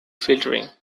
filtering